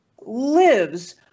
lives